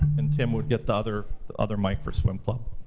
and tim would get the other the other mic for swim club.